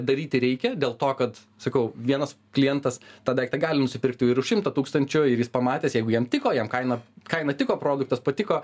daryti reikia dėl to kad sakau vienas klientas tą daiktą gali nusipirkti ir už šimtą tūkstančių ir jis pamatęs jeigu jam tiko jam kaina kaina tiko produktas patiko